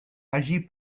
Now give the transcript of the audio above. agit